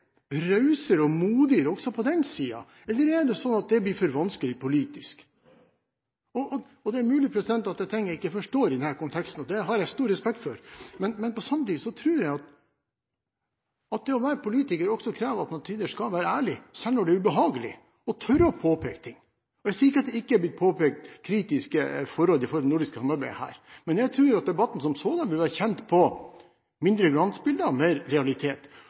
og modigere også på den siden? Eller er det sånn at det blir for vanskelig politisk? Det er mulig at det er ting jeg ikke forstår i denne konteksten, og det har jeg stor respekt for, men på samme tid tror jeg at det å være politiker også krever at man til tider skal være ærlig selv når det er ubehagelig, og tørre å påpeke ting. Jeg sier ikke at det ikke er blitt påpekt kritiske forhold for det nordiske samarbeidet her, men jeg tror at debatten som sådan vil være tjent med færre glansbilder og mer realitet.